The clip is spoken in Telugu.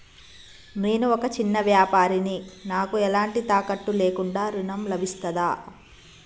నేను ఒక చిన్న వ్యాపారిని నాకు ఎలాంటి తాకట్టు లేకుండా ఋణం లభిస్తదా?